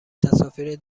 تصاویر